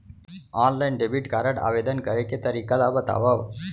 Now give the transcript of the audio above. Online debit card आवेदन करे के तरीका ल बतावव?